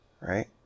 Right